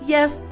Yes